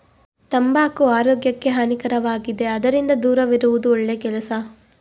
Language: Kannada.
ತಂಬಾಕು ಆರೋಗ್ಯಕ್ಕೆ ಹಾನಿಕಾರಕವಾಗಿದೆ ಅದರಿಂದ ದೂರವಿರುವುದು ಒಳ್ಳೆ ಕೆಲಸ